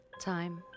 Time